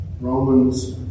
Romans